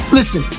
Listen